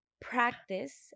practice